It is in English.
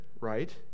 right